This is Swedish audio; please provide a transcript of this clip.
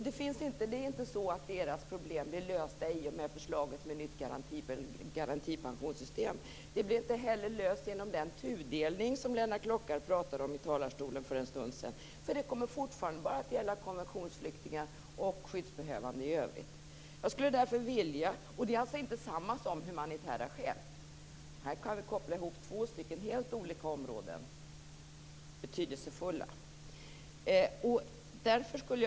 Deras problem löses inte i och med förslaget om ett nytt garantipensionssystem. De blir inte heller lösta med hjälp av den tudelning som Lennart Klockare talade om i talarstolen för en stund sedan. Det kommer fortfarande bara att gälla konventionsflyktingar och skyddsbehövande i övrigt - som inte är detsamma som humanitära skäl. Här kan två betydelsefulla men helt olika områden kopplas ihop.